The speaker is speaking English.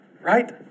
right